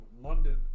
London